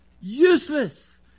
useless